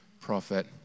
prophet